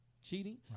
cheating